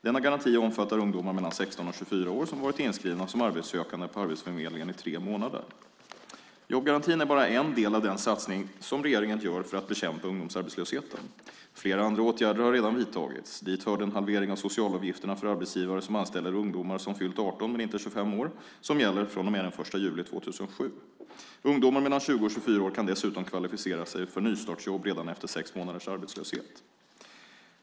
Denna garanti omfattar ungdomar mellan 16 och 24 år som varit inskrivna som arbetssökande på arbetsförmedlingen i tre månader. Jobbgarantin är bara en del av den satsning som regeringen gör för att bekämpa ungdomsarbetslösheten. Flera andra åtgärder har redan vidtagits. Dit hör den halvering av socialavgifterna för arbetsgivare som anställer ungdomar som fyllt 18 men inte 25 år som gäller från och med den 1 juli 2007. Ungdomar mellan 20 och 24 år kan dessutom kvalificera sig för nystartsjobb redan efter sex månaders arbetslöshet.